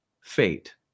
fate